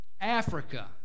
Africa